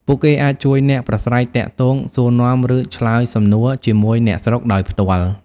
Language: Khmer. ពួកគេអាចជួយអ្នក ប្រាស្រ័យទាក់ទង សួរនាំ ឬឆ្លើយសំណួរជាមួយអ្នកស្រុកដោយផ្ទាល់។